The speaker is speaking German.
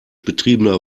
betriebener